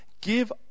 give